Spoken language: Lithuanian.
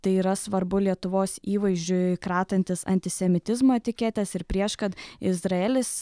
tai yra svarbu lietuvos įvaizdžiui kratantis antisemitizmo etiketės ir prieš kad izraelis